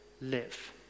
live